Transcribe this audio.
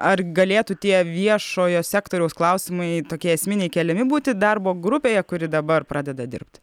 ar galėtų tie viešojo sektoriaus klausimai tokie esminiai keliami būti darbo grupėje kuri dabar pradeda dirbt